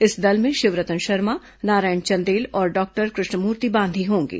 इस दल में शिवरतन शर्मा नारायण चंदेल और डॉक्टर कृष्णमूर्ति बांधी होंगे